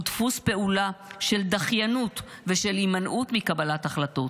ודפוס פעולה של דחיינות ושל הימנעות מקבלת החלטות.